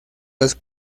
los